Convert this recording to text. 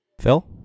Phil